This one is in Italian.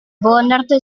bonard